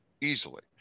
easily